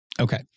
Okay